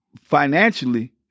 financially